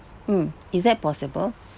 mm is that possible